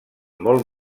molt